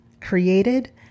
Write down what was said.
created